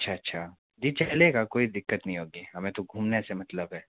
अच्छा अच्छा जी चलेगा कोई दिक़्क़त नहीं होगी हमें तो घूमने से मतलब है